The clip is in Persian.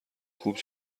خوب